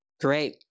Great